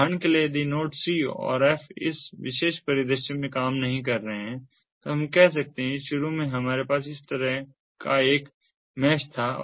उदाहरण के लिए यदि नोड्स C और F इस विशेष परिदृश्य में काम नहीं कर रहे हैं तो हम कहते हैं कि शुरू में हमारे पास इस तरह का एक मैश था